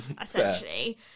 essentially